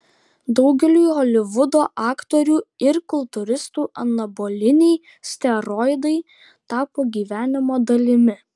daugeliui holivudo aktorių ir kultūristų anaboliniai steroidai tapo gyvenimo dalimi